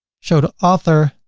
show the author,